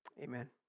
Amen